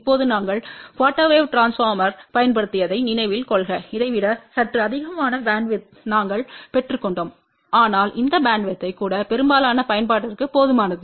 இப்போது நாங்கள் quarter wave டிரான்ஸ்பார்மர்களைப் பயன்படுத்தியதை நினைவில் கொள்க இதை விட சற்று அதிகமான பேண்ட்வித்யை நாங்கள் பெற்றுக்கொண்டோம் ஆனால் இந்த பேண்ட்வித் கூட பெரும்பாலான பயன்பாட்டிற்கு போதுமானது